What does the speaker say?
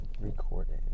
recording